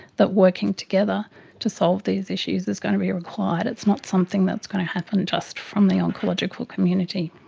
that working together to solve these issues is going to be required, it's not something that is going to happen just from the oncological community.